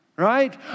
right